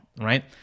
right